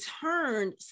turned